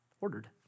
Ordered